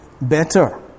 better